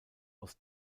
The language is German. aus